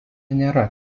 nėra